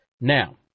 Now